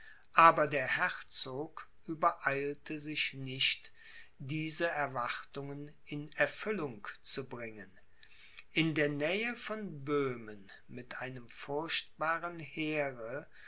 aber der herzog übereilte sich nicht diese erwartungen in erfüllung zu bringen in der nähe von böhmen mit einem furchtbaren heere